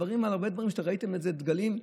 ראיתם איזה דגלים?